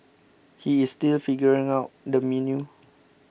he is still figuring out the menu